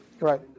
right